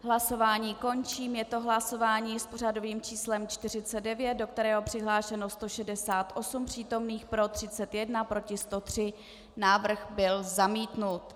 Hlasování končím, je to hlasování s pořadovým číslem 49, do kterého je přihlášeno 168 přítomných, pro 31, proti 103, návrh byl zamítnut.